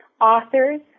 authors